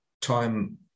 time